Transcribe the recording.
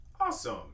Awesome